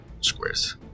squares